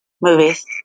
Movies